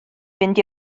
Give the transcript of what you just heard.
fynd